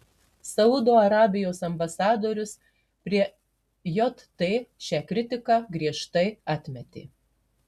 saudo arabijos ambasadorius prie jt šią kritiką griežtai atmetė